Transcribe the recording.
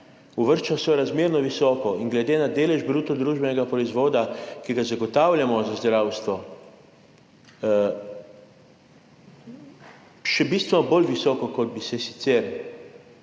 uvršča sorazmerno visoko in glede na delež bruto družbenega proizvoda, ki ga zagotavljamo za zdravstvo, še bistveno bolj visoko, kot bi se sicer.